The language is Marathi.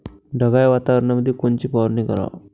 ढगाळ वातावरणामंदी कोनची फवारनी कराव?